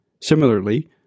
Similarly